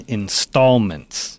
installments